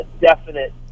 definite